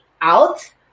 out